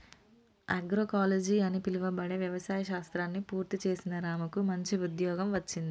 agroecology అని పిలువబడే వ్యవసాయ శాస్త్రాన్ని పూర్తి చేసిన రాముకు మంచి ఉద్యోగం వచ్చింది